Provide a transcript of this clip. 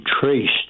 traced